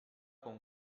con